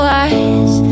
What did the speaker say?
eyes